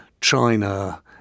China